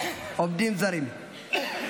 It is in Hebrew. עובדים זרים.